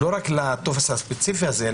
לא רק לטופס הספציפי הזה.